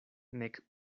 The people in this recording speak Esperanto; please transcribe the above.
nek